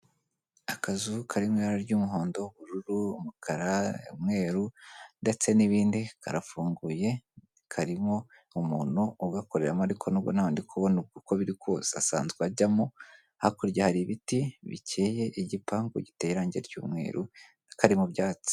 Akazu kari mu ibara ry'umuhondo, ubururu, umukara, umweru ndetse n'ibindi, karafunguye karimo umuntu ugakoreramo ariko nubwo ntawe ndi kubona uko biri kose asanzwe ajyamo, hakurya hari ibiti bikeye, igipangu giteye irange ry'umweru, kari mu byatsi.